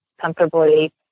comfortably